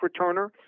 returner